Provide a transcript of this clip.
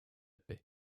paix